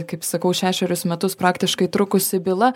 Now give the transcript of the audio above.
kaip sakau šešerius metus praktiškai trukusi byla